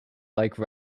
like